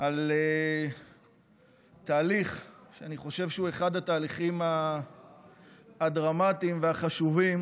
על תהליך שאני חושב שהוא אחד התהליכים הדרמטיים והחשובים